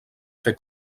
fer